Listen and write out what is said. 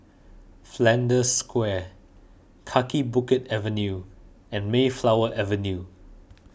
Flanders Square Kaki Bukit Avenue and Mayflower Avenue